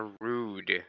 rude